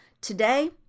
Today